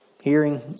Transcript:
hearing